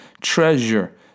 treasure